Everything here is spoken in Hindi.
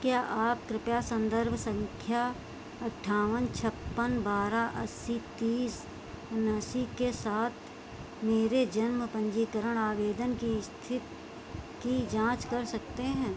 क्या आप कृप्या संदर्भ संख्या अट्ठावन छप्पन बारह अस्सी तीस उन्यासी के साथ मेरे जन्म पंजीकरण आवेदन की स्थिति की जाँच कर सकते हैं